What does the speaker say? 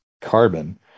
carbon